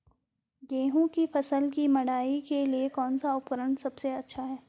गेहूँ की फसल की मड़ाई के लिए कौन सा उपकरण सबसे अच्छा है?